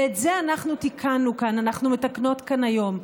ואת זה אנחנו תיקנו כאן, אנחנו מתקנות כאן היום.